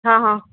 હં હં